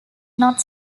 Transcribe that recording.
not